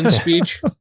speech